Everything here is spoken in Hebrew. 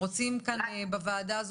חיים, פנינו קדימה.